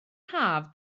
haf